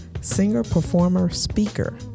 singer-performer-speaker